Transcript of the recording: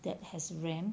that has ram